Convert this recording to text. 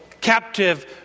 captive